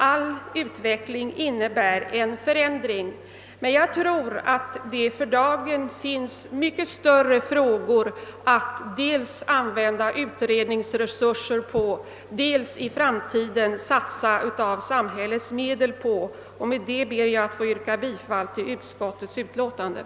All utveckling innebär en förändring, men jag tror att det för dagen finns större frågor att dels använda våra utredningsresurser till, dels i framtiden satsa av samhällets medel på. Med detta ber jag att få yrka bifall till utskottets hemställan.